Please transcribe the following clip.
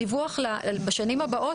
הדיווח בשנים הבאות,